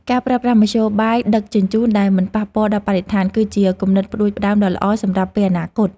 ការប្រើប្រាស់មធ្យោបាយដឹកជញ្ជូនដែលមិនប៉ះពាល់ដល់បរិស្ថាន គឺជាគំនិតផ្តួចផ្តើមដ៏ល្អសម្រាប់ពេលអនាគត។